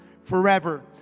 forever